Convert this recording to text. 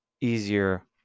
Easier